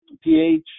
pH